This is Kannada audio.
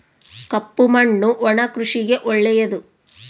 ಕಪ್ಪು ಮಣ್ಣು ಒಣ ಕೃಷಿಗೆ ಒಳ್ಳೆಯದು